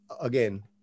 again